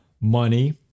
money